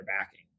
backing